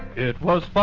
it was